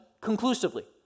conclusively